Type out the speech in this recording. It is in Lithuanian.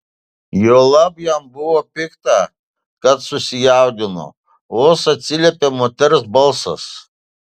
juolab jam buvo pikta kad susijaudino vos atsiliepė moters balsas